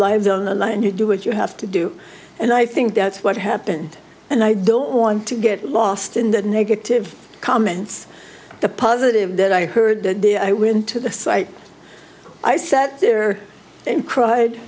lives on the line you do what you have to do and i think that's what happened and i don't want to get lost in the negative comments the positive that i heard when to the site i sat there and cried